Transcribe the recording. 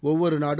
ஒவ்வொரு நாடும்